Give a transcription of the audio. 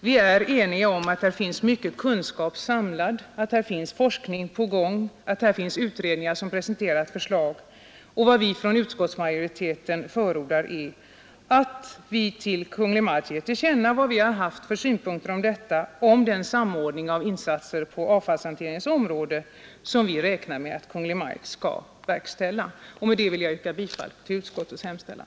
Vi är ense om att det finns mycken kunskap samlad — det pågår forskning, och utredningar har presenterat förslag. Utskottsmajoriteten förordar att vi ger Kungl. Maj:t till känna våra synpunkter angående behovet av samordning av insatser på avfallshanteringens område, en samordning som vi räknar med att Kungl. Maj:t skall verkställa. Med detta vill jag yrka bifall till utskottets hemställan.